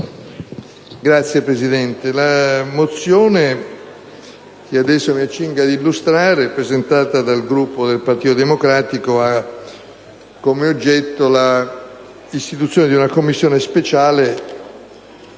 Signora Presidente, la mozione che adesso mi accingo ad illustrare, presentata dal Gruppo del Partito Democratico, ha come oggetto la istituzione di una Commissione speciale